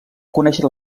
conèixer